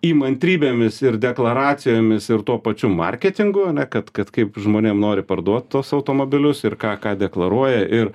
įmantrybėmis ir deklaracijomis ir tuo pačiu marketingu ane kad kad kaip žmonėm nori parduot tuos automobilius ir ką ką deklaruoja ir